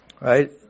right